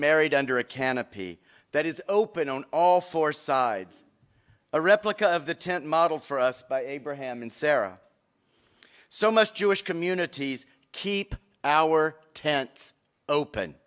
married under a canopy that is open on all four sides a replica of the tent model for us by abraham and sarah so much jewish communities keep our tents open